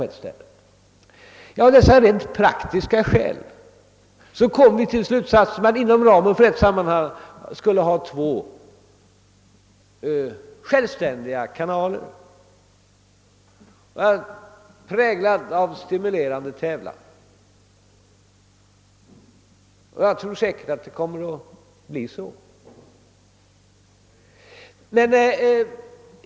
Av rent praktiska skäl kom vi sålunda till slutsatsen att vi inom ramen för ett sammanhållet företag skulle ha två självständiga kanaler, präglade av stimulerande tävlan. Och jag är säker på att det kommer att bli en sådan tävlan.